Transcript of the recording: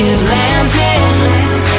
Atlantic